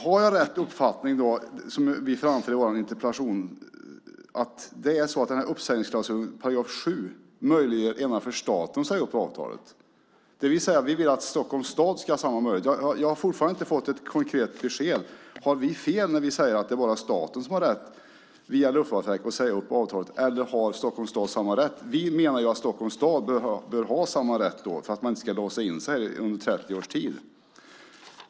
Har jag rätt uppfattning, som jag framför i min interpellation, att den här uppsägningsklausulen, § 7, endast möjliggör för staten att säga upp avtalet? Det vi säger är att vi vill att Stockholms stad ska ha samma möjlighet. Jag har fortfarande inte fått ett konkret besked. Har vi fel när vi säger att det bara är staten som har rätt att via Luftfartsverket säga upp avtalet, eller har Stockholms stad samma rätt? Vi menar att Stockholms stad bör ha samma rätt för att man inte ska låsa in sig under 30 års tid.